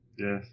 Yes